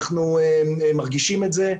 אנחנו מרגישים את זה.